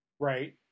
Right